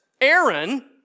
Aaron